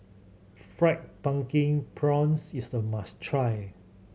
Fried Pumpkin Prawns is a must try